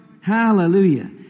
Hallelujah